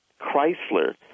Chrysler